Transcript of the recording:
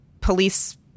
police